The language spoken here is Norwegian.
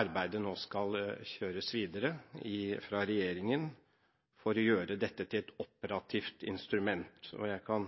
arbeidet nå skal kjøres videre fra regjeringens side for å gjøre dette til et operativt instrument. Jeg kan